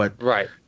Right